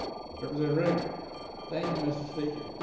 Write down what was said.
represent ring thank you mr. speaker